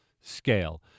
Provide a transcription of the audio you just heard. scale